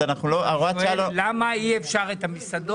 אז הוראת השעה לא --- למה אי אפשר את המסעדות,